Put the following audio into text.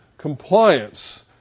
compliance